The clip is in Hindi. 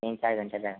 तीन चार घंटे में